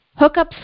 Hookups